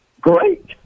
Great